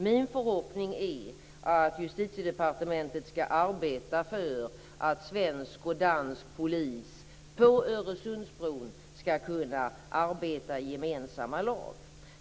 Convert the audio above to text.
Min förhoppning är att Justitiedepartementet skall arbeta för att svensk och dansk polis på Öresundsbron skall kunna arbeta i gemensamma lag.